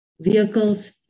vehicles